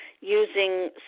using